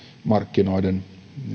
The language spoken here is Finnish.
markkinoiden